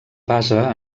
basa